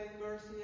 mercy